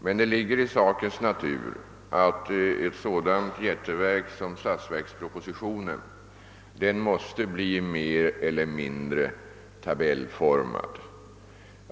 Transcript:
Men det ligger i sakens natur att ett sådant jätteverk som statsverkspropositionen måste bli mer eller mindre tabellformat.